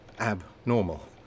Abnormal